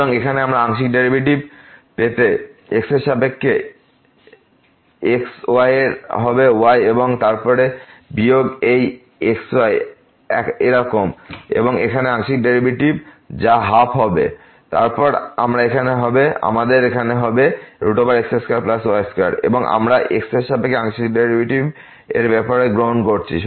সুতরাং এখানে আমরা আংশিক ডেরিভেটিভ পেতে x এর সাপেক্ষে x y এর হবে y এবং তারপর হবে বিয়োগ এই x y এরকম এবং এখানে আংশিক ডেরিভেটিভ যা 12 হবে এবং তারপর এখানে এই হবে x2y2 এবং আমরা x এর সাপেক্ষে আংশিক ডেরিভেটিভ এর ব্যাপারে গ্রহণ করছি